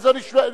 אדוני היושב-ראש,